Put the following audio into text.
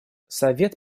совет